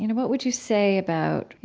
you know what would you say about you